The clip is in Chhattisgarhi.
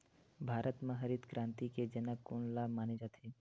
भारत मा हरित क्रांति के जनक कोन ला माने जाथे?